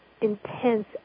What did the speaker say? intense